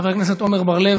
חבר הכנסת עמר בר-לב,